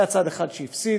היה צד אחד שהפסיד,